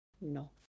no